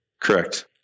Correct